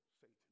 Satan